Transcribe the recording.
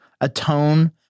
atone